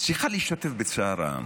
שצריכה להשתתף בצער העם.